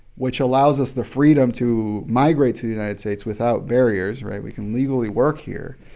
which allows us the freedom to migrate to the united states without barriers. right? we can legally work here.